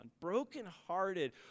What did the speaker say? brokenhearted